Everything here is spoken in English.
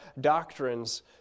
doctrines